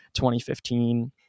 2015